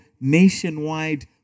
nationwide